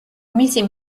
მისი